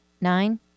nine